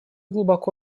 глубоко